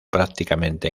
prácticamente